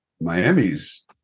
miami's